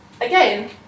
again